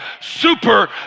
super